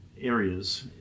areas